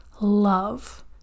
love